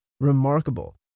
remarkable